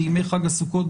לימי חג הסוכות,